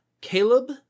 Caleb